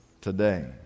today